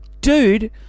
dude